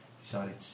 Decided